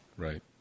Right